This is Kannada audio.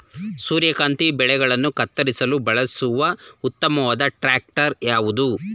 ಸೂರ್ಯಕಾಂತಿ ಬೆಳೆಗಳನ್ನು ಕತ್ತರಿಸಲು ಬಳಸುವ ಉತ್ತಮವಾದ ಟ್ರಾಕ್ಟರ್ ಯಾವುದು?